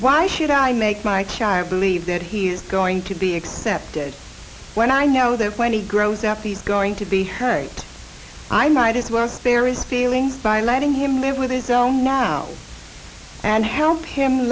why should i make my child believe that he's going to be accepted when i know that when he grows up he's going to be a i might if work there is a feeling by letting him live with it so now and help him